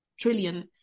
trillion